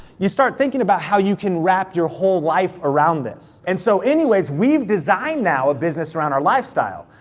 you start thinking about how you can wrap your whole life around this. and so anyways we've designed now a business around our lifestyle,